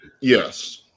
Yes